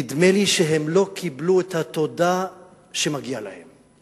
נדמה לי שהם לא קיבלו את התודה שמגיעה להם.